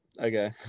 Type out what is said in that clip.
Okay